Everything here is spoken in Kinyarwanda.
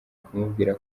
kumubwira